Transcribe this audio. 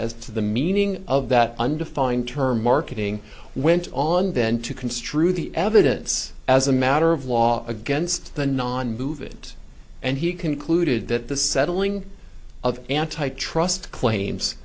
as to the meaning of that undefined term marketing went on then to construe the evidence as a matter of law against the non movement and he concluded that the settling of antitrust claims